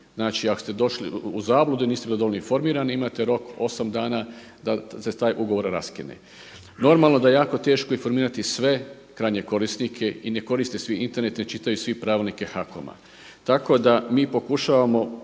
Znači ako ste došli u zabludu i niste bili dovoljno informirani imate rok 8 dana da se taj ugovor raskine. Normalno je da je jako teško informirati sve krajnje korisnike i ne koristite svi Internet i ne čitaju svi pravilnike HAKOM-a. Tako da mi pokušavamo